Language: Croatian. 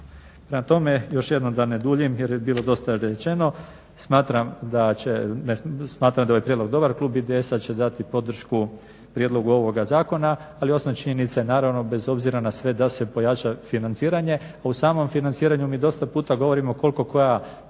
Prema tome, još jednom da ne duljim jer je bilo dosta rečeno, smatram da je ovaj prijedlog dobar. Klub IDS-a će dati podršku prijedlogu ovoga zakona, ali osnovna činjenica je naravno bez obzira na sve da se pojača financiranje. A u samom financiranju mi dosta puta govorimo koliko koja